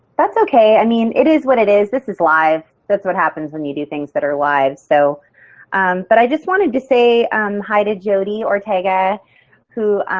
that's okay. i mean it is what it is. this is live. that's what happens when you do things that are live. so but i just wanted to say hi to jody ortega who